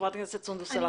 חברת הכנסת סונדוס סלאח.